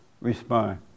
respond